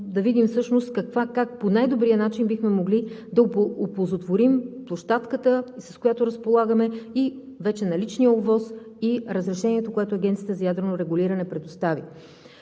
да видим всъщност как по най-добрия начин бихме могли да оползотворим площадката, с която разполагаме, с вече наличния ОВОС, с разрешението, което Агенцията за ядрено регулиране предостави.